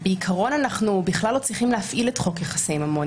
בעיקרון אנחנו בכלל לא צריכים להפעיל את חוק יחסי ממון,